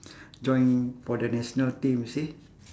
join for the national team you see